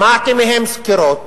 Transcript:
שמעתי מהם סקירות,